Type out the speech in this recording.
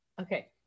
Okay